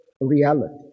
reality